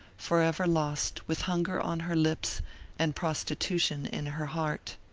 forever lost, with hunger on her lips and prostitution in her heart.